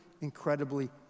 incredibly